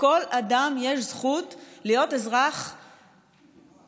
לכל אדם יש זכות להיות אדם חופשי,